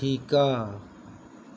শিকা